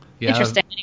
Interesting